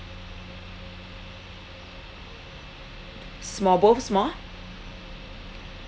small both small